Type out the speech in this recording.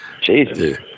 Jesus